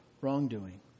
wrongdoing